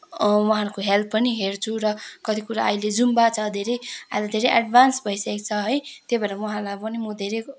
उहाँहरूको हेल्थ पनि हेर्छु र कति कुरा अहिले जुम्बा छ धेरै अहिले धेरै एडभान्स भइसकेको छ है त्यही भएर उहाँहरूलाई पनि म धेरै